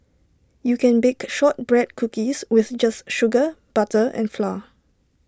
you can bake Shortbread Cookies just with sugar butter and flour